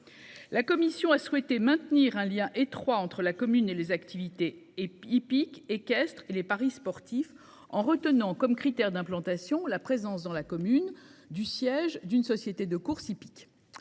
La commission a souhaité maintenir un lien étroit entre la commune et les activités et Ipik équestre et les paris sportifs en retenant comme critère d'implantation là. Présence dans la commune du siège d'une société de courses hippiques.